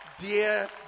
dear